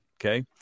Okay